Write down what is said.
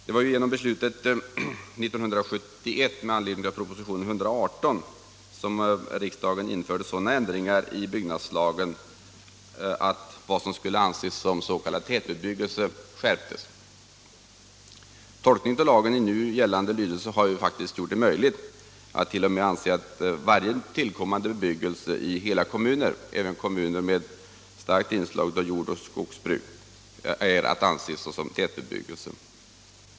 Det var ju genom beslutet 1971, med anledning av propositionen 118, som riksdagen införde sådana ändringar i byggnadslagen att bestämmelserna om vad som skulle anses som s.k. tätbebyggelse skärptes. Tolkningen av lagen i nu gällande lydelse har faktiskt gjort det möjligt att varje tillkommande bebyggelse i hela kommuner — även kommuner med starkt inslag av jordoch skogsbruk — är att anse såsom tätbebyggelse.